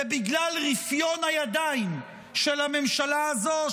זה בגלל רפיון הידיים של הממשלה הזו,